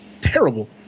terrible